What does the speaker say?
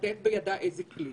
לתת בידה איזה כלי,